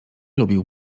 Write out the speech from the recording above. lubił